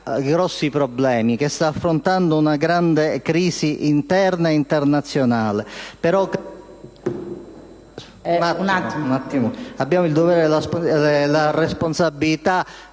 grandi problemi, che sta affrontando una grande crisi interna e internazionale.